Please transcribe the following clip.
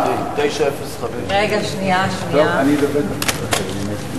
רגע, שנייה, שנייה.